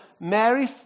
Mary